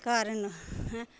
घर न